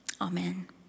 Amen